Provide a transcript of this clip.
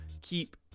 keep